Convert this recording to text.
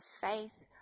faith